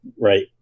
right